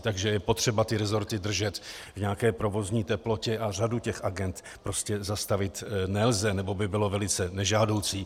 Takže je potřeba ty resorty držet v nějaké provozní teplotě a řadu těch agend prostě zastavit nelze nebo by bylo velice nežádoucí.